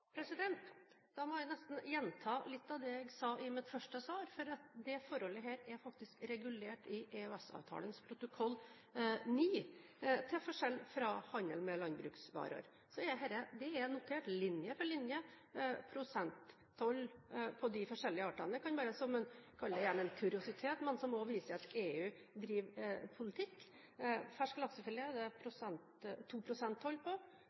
Da må jeg nesten gjenta litt av det jeg sa i mitt første svar, for dette forholdet er faktisk regulert i EØS-avtalens protokoll 9, til forskjell fra handel med landbruksvarer. Det er notert, linje for linje, prosenttoll på de forskjellige artene. Det kan være som – kall det gjerne en kuriositet – men det viser også at EU driver politikk. Fersk laksefilet er det 2 pst. toll på,